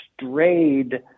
strayed